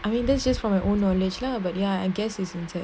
I mean that's just for my own knowledge lah but ya I guess it's inside